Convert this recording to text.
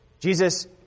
Jesus